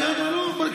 לא יכולתם לסדר את זה?